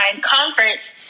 conference